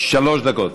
שלוש דקות.